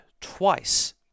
twice